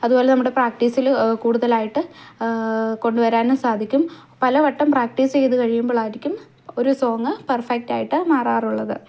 അതുപോലെ നമ്മുടെ പ്രാക്റ്റീസില് കൂടുതലായിട്ട് കൊണ്ടുവരാനും സാധിക്കും പലവട്ടം പ്രാക്ടീസ് ചെയ്ത് കഴിയുമ്പോഴായിരിക്കും ഒരു സോങ്ങ് പെർഫെക്റ്റായിട്ട് മാറാറുള്ളത്